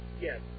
Yes